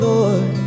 Lord